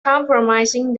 compromising